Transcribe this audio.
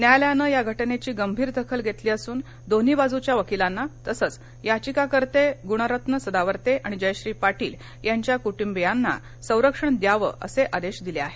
न्यायालयानं या घटनेची गंभीर दखल घेतली असून दोन्ही बाजूच्या वकीलांना तसंच याचिकाकर्ते ग्णरत्न सदावर्ते आणि जयश्री पाटील यांच्या कुटुंबियांना संरक्षण द्यावं असे आदेश दिले आहेत